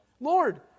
Lord